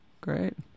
great